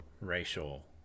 racial